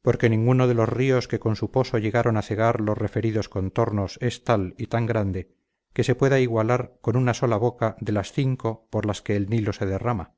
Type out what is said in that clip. porque ninguno de los ríos que con su poso llegaron a cegar los referidos contornos es tal y tan grande que se pueda igualar con una sola boca de las cinco por las que el nilo se derrama